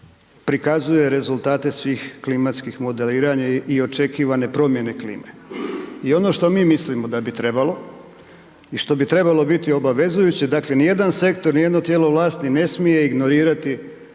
prikazuje rezultate svih klimatskih modeliranja i očekivane promjene klime. I ono što mi mislimo da bi trebalo i što bi trebalo biti obavezujuće, dakle ni jedan sektor ni jedno tijelo vlasti ne smije ignorirati